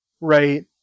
right